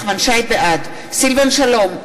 בעד סילבן שלום,